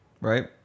right